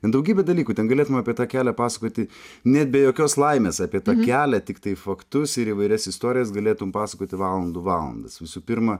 ten daugybė dalykų ten galėtume apie tą kelią pasakoti net be jokios laimės apie tą kelią tiktai faktus ir įvairias istorijas galėtum pasakoti valandų valandas visų pirma